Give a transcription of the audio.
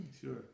Sure